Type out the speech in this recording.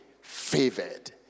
favored